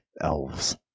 elves